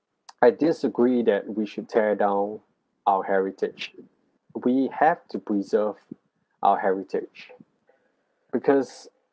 I disagree that we should tear down our heritage we have to preserve our heritage because